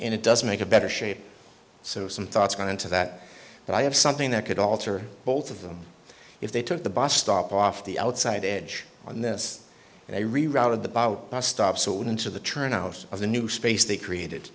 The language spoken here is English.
and it doesn't make a better shape so some thoughts going into that but i have something that could alter both of them if they took the bus stop off the outside edge on this they rerouted the bar stops on into the turn out of the new space they created